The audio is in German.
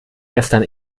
gestern